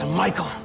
Michael